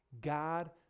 God